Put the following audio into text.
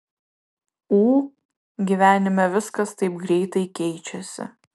ū gyvenime viskas taip greitai keičiasi